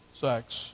sex